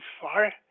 far